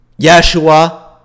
Yeshua